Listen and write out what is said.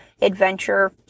adventure